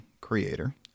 creator